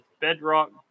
Bedrock